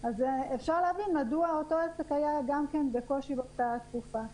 אפשר להבין מדוע אותו עסק היה גם בקושי באותה תקופה.